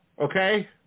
okay